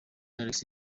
alexis